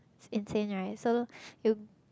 insane right so you